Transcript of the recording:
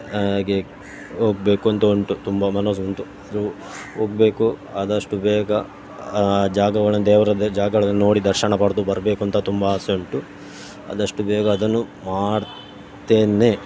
ಹಾಗೆ ಹೋಗ್ಬೇಕು ಅಂತ ಉಂಟು ತುಂಬ ಮನಸ್ಸುಂಟು ಸೊ ಹೋಗ್ಬೇಕು ಆದಷ್ಟು ಬೇಗ ಆ ಜಾಗಗಳನ್ನು ದೇವ್ರದ್ದು ಜಾಗಗಳನ್ನು ನೋಡಿ ದರ್ಶನ ಪಡೆದು ಬರಬೇಕು ಅಂತ ತುಂಬ ಆಸೆ ಉಂಟು ಆದಷ್ಟು ಬೇಗ ಅದನ್ನು ಮಾಡುತ್ತೇನೆ